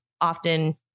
often